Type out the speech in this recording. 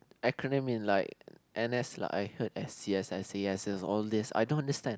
acronym in like n_s lah I heard s_c_s s_c_s_s all these I don't understand